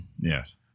Yes